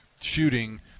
shooting